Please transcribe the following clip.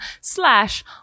slash